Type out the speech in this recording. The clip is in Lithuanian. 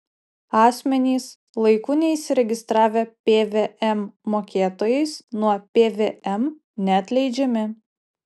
asmenys laiku neįsiregistravę pvm mokėtojais nuo pvm neatleidžiami